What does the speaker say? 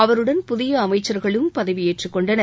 அவருடன் புதியஅமைச்ச்களும் பதவியேற்றுக் கொண்டனர்